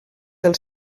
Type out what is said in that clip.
del